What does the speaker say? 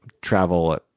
travel